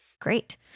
Great